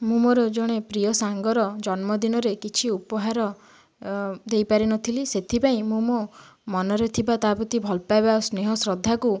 ମୁଁ ମୋର ଜଣେ ପ୍ରିୟ ସାଙ୍ଗର ଜନ୍ମଦିନରେ କିଛି ଉପହାର ଦେଇପାରିନଥିଲି ସେଥିପାଇଁ ମୁଁ ମୋ ମନରେ ଥିବା ତାପାଇଁ ଭଲପାଇବା ଓ ସ୍ନେହ ଶ୍ରଦ୍ଧାକୁ